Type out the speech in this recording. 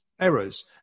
errors